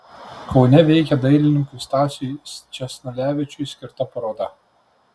kaune veikia dailininkui stasiui sčesnulevičiui skirta paroda